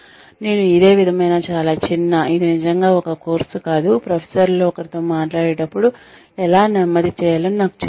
నేను ఇదే విధమైన చాలా చిన్న ఇది నిజంగా ఒక కోర్సు కాదు ప్రొఫెసర్లలో ఒకరితో మాట్లాడేటప్పుడు వాయిస్ ఎలా నెమ్మది చేయాలో నాకు చెప్పారు